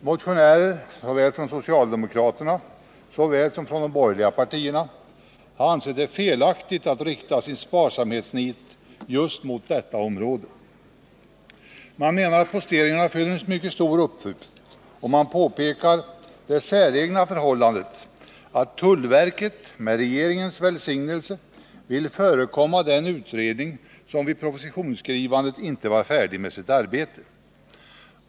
Motionärer från såväl det socialdemokratiska partiet som de borgerliga partierna har ansett det felaktigt att rikta sitt besparingsnit just mot detta område. Man menar att posteringarna fyller en mycket stor funktion, och man påpekar det säregna förhållandet att tullverket med regeringens välsignelse vill förekomma den utredning som vid propositionsskrivandet inte var färdig med sitt arbete.